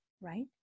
right